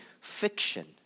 fiction